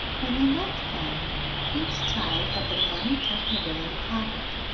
when they left home each child had the money tucked away in a pocket.